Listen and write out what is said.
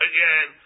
Again